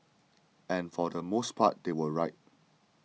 and for the most part they were right